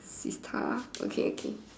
this is tough okay okay